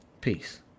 Peace